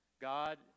God